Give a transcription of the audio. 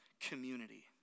community